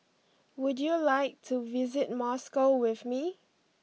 would you like to visit Moscow with me